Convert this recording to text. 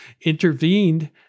intervened